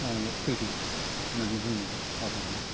माबायाव फैदो होननानै बुङो बाबामोना